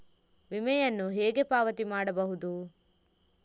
ವಿಮೆಯನ್ನು ಹೇಗೆ ಪಾವತಿ ಮಾಡಬಹುದು?